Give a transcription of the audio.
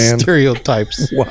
Stereotypes